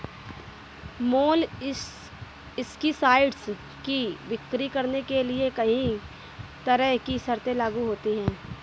molluscicides की बिक्री करने के लिए कहीं तरह की शर्तें लागू होती है